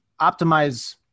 optimize